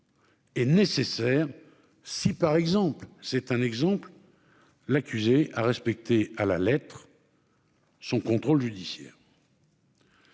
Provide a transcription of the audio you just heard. est nécessaire si, par exemple, c'est un exemple, l'accusé a respecté à la lettre. Son contrôle judiciaire.